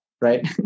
right